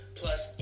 plus